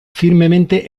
firmemente